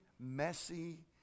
messy